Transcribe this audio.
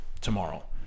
tomorrow